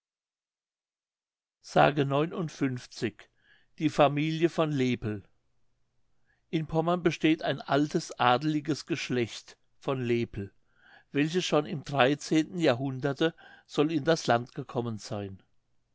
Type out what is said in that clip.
s die familie von lepel in pommern besteht ein altes adliges geschlecht von lepel welches schon im dreizehnten jahrhunderte soll in das land gekommen sein